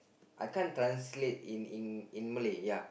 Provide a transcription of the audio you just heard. I can't translate in in in Malay ya